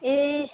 ए